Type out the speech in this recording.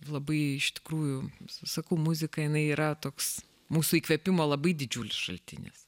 labai iš tikrųjų sakau muzika jinai yra toks mūsų įkvėpimo labai didžiulis šaltinis